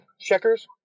checkers